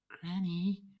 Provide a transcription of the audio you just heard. Granny